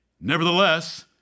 Nevertheless